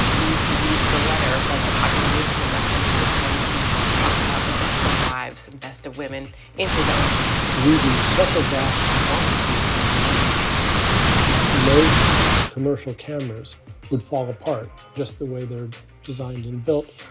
and you can read the letter that the popular musical references when he talks about the best of wives and best of women in his own hand. we do such a vast quantity of digitization that yeah most commercial cameras would fall apart just the way they're designed and built.